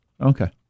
Okay